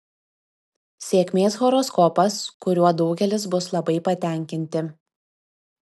sėkmės horoskopas kuriuo daugelis bus labai patenkinti